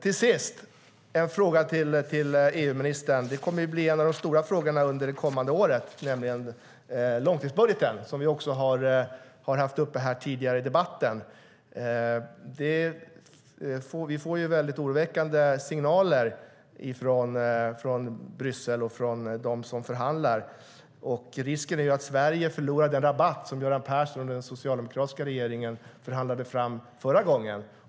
Till sist har jag en fråga till EU-ministern. Långtidsbudgeten, som vi har haft uppe i debatten här tidigare, kommer att bli en av de stora frågorna under det kommande året. Vi får oroväckande signaler från Bryssel och från dem som förhandlar. Risken är att Sverige förlorar den rabatt som Göran Persson under den socialdemokratiska regeringens tid förhandlade fram förra gången.